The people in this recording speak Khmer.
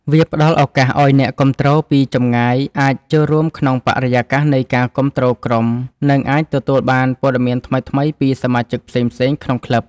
វាផ្តល់ឱកាសឱ្យអ្នកគាំទ្រពីចម្ងាយអាចចូលរួមក្នុងបរិយាកាសនៃការគាំទ្រក្រុម និងអាចទទួលបានព័ត៌មានថ្មីៗពីសមាជិកផ្សេងៗក្នុងក្លឹប។